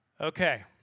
Okay